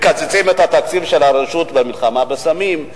מקצצים את התקציב של הרשות למלחמה בסמים,